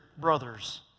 brothers